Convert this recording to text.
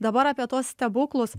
dabar apie tuos stebuklus